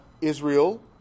Israel